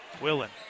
Willen